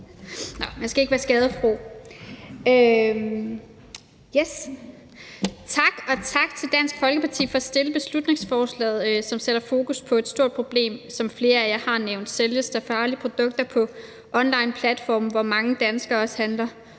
Tak, og tak til Dansk Folkeparti for at fremsætte beslutningsforslaget, som sætter fokus på et stort problem, hvad flere af jer har nævnt: Sælges der farlige produkter på onlineplatforme, hvor mange danskere også handler?